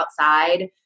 outside